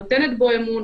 נותנת בו אמון,